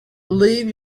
leave